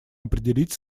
определить